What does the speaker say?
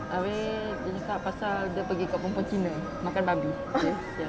abeh dia cakap pasal dia pergi kat perempuan cina makan babi